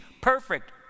perfect